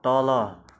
तल